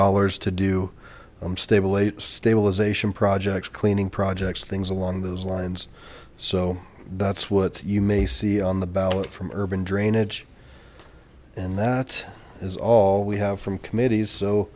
dollars to do stable stabilization projects cleaning projects things along those lines so that's what you may see on the ballot from urban drainage and that is all we have from committees so